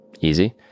Easy